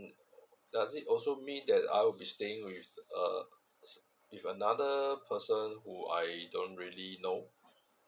does it also mean that I'll be staying with uh with another person who I don't really know